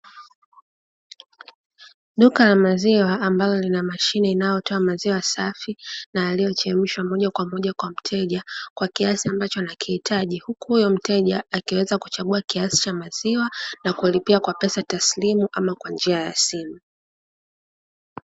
Duka la maziwa ambalo lina mashine inayotoa maziwa safi na yaliyochemshwa moja kwa moja kwa mteja, kwa kiasi ambacho anakihitaji huku huyo mteja akiweza kuchagua kiasi cha maziwa, na kulipia kwa pesa taslimu ama kwa njia ya simu.